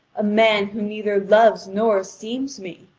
a man who neither loves nor esteems me.